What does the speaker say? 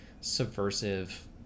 subversive